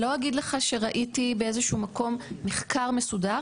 אני לא אגיד לך שראיתי באיזה שהוא מקום מחקר מסודר,